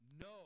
No